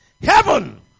heaven